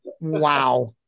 Wow